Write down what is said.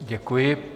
Děkuji.